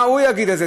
מה הוא יגיד על זה?